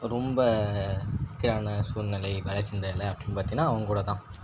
ரொம்ப இக்கட்டான சூழ்நிலை வேலை செஞ்சதில் அப்படின்னு பார்த்திங்கன்னா அவங்கூடதான்